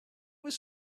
was